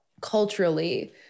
culturally